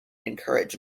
encourage